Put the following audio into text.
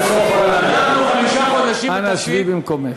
חברת הכנסת סופה לנדבר, אנא שבי במקומך.